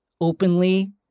openly